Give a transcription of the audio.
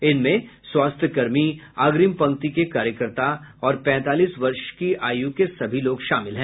इनमें स्वास्थ्यकर्मी अग्रिम पंक्ति के कार्यकर्ता और पैतालीस वर्ष की आयु के सभी लोग शामिल हैं